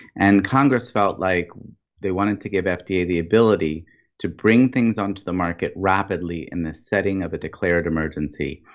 and congress felt like they wanted to give fda the ability to bring things onto the market rapidly in the setting of a declared emergency.